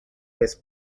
his